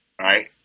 right